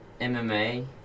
mma